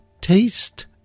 taste